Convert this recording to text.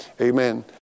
Amen